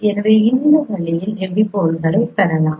எனவே இந்த வழியில் எபிபோல்களைப் பெறலாம்